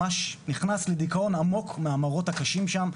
ממש נכנס לדיכאון עמוק מהמראות הקשים שם.